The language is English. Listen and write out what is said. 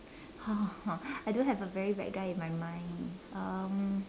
!huh! I don't have a very bad guy in my mind um